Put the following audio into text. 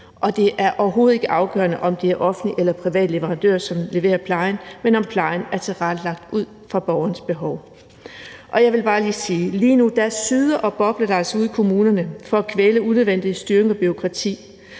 det er overhovedet ikke afgørende, om det er offentlige eller private leverandører, som leverer plejen, men om plejen er tilrettelagt ud fra borgerens behov. Jeg vil bare lige sige, at lige nu syder og bobler det altså ude i kommunerne for at kvæle unødvendig styring og bureaukrati,